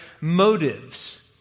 motives